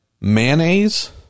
Mayonnaise